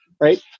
right